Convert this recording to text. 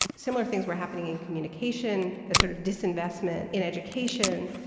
similar things were happening in communication. the sort of disinvestment in education,